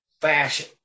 fashion